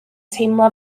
teimlo